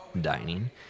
dining